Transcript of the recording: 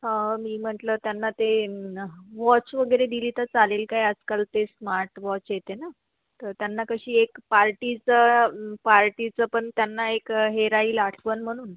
ह मी म्हटलं त्यांना ते वॉच वगैरे दिली तर चालेल काय आजकाल ते स्मार्ट वॉच येते ना तर त्यांना कशी एक पार्टीचं पार्टीचं पण त्यांना एक हे राहील आठवण म्हणून